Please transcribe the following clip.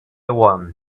one